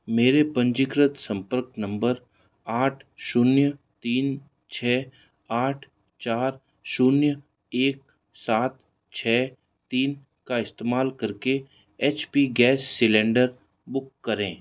मेरे पंजीकृत संपर्क नंबर आठ शून्य तीन छः आठ चार शून्य एक सात छः तीन का इस्तेमाल करके H P gas cylinder book करें